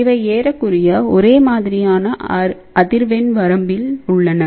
இவை ஏறக்குறைய ஒரே மாதிரியான அதிர்வெண் வரம்பில் உள்ளன